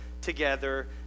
Together